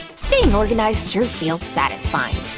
staying organized sure feels satisfying.